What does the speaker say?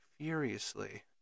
furiously